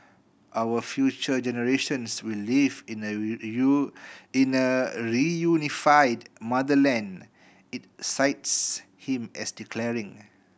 our future generations will live in a in a reunified motherland it cites him as declaring